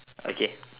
okay